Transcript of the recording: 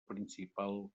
principal